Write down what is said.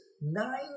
nine